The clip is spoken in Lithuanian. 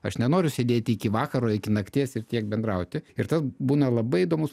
aš nenoriu sėdėti iki vakaro iki nakties ir tiek bendrauti ir tad būna labai įdomus